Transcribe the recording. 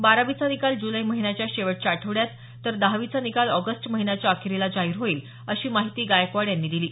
बारावीचा निकाल जुलै महिन्याच्या शेवटच्या आठवड्यात तर दहावीचा निकाल ऑगस्ट महिन्याच्या अखेरीला जाहीर होईल अशी माहिती गायकवाड यांनी दिली